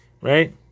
Right